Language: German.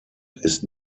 ist